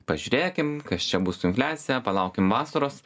pažiūrėkim kas čia bus su infliacija palaukim vasaros